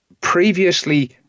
previously